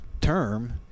term